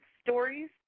stories